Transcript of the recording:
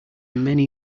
many